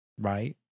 Right